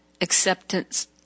Acceptance